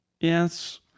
Yes